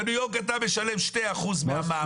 בניו-יורק אתה משלם 2% מהמע"מ שלך.